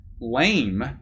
lame